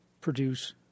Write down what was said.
produce